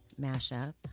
mashup